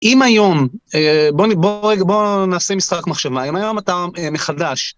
אם היום בוא נבוא בוא נעשה משחק מחשבה אם היום אתה מחדש.